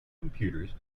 computers